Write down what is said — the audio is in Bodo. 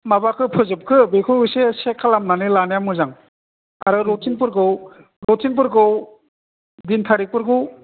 माबाखो फोजोबखो बेखौ एसे सेक खालामनानै लानाया मोजां आरो रुथिनफोरखौ रुथिनफोरखौ दिन थारिगफोरखौ